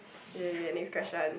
ya ya next question